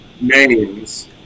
names